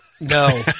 no